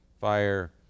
fire